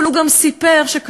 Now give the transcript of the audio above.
אבל הוא גם סיפר שקשה,